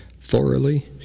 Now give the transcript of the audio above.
thoroughly